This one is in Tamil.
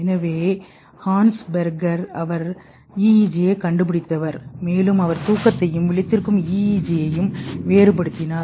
எனவே ஹான்ஸ் பெர்கர் அவர் EEG ஐக் கண்டுபிடித்தவர் மேலும் அவர் தூக்கத்தையும் விழித்திருக்கும் EEG ஐயும் வேறுபடுத்தினார்